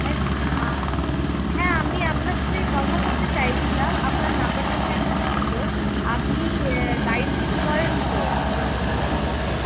হ্যাঁ হ্যাঁ আমি আপনার সাথে কথা বলতে চাইছিলাম আপনার নাম্বারটা আমাকে একজন দিলো আপনি গাইড করেন তো টুরিস্টদের